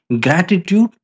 gratitude